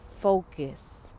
focus